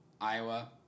Iowa